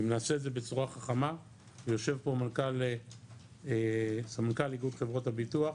אם נעשה את זה בצורה חכמה ויושב פה סמנכ"ל איגוד חברות הביטוח.